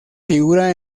figura